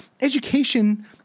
Education